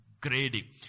grading